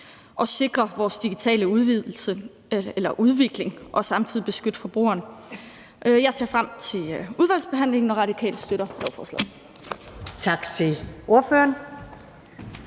at sikre vores digitale udvikling og samtidig beskytte forbrugeren. Jeg ser frem til udvalgsbehandlingen, og Radikale støtter lovforslaget.